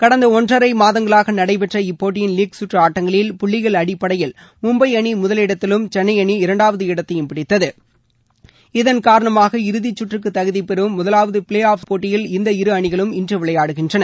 கடந்த ஒன்றரை மாதங்களாக நடைபெற்ற இப்போட்டியின் லீக் கற்று ஆட்டங்களில் புள்ளிகள் அடிப்படையில் மும்பை அணி முதலிடத்திலும் சென்னை அணி இரண்டாவது இடத்தையும் பிடித்தது இதன் காரணமாக இறுதிச்சுற்றுக்கு தகுதிபெறும் முதலாவது பிளே ஆப் போட்டியில் இந்த இரு அணிகளும் இன்று விளையாடுகின்றன